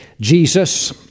Jesus